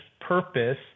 purpose